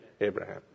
Abraham